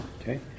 Okay